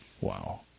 Wow